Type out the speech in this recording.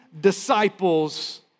disciples